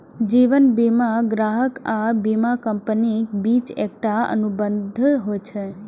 जीवन बीमा ग्राहक आ बीमा कंपनीक बीच एकटा अनुबंध होइ छै